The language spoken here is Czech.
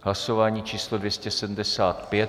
Hlasování číslo 275.